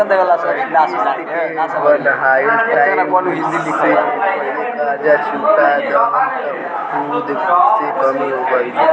अगर किश्त के बनहाएल टाइम से पहिले कर्जा चुका दहम त सूद मे कमी होई की ना?